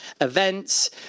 events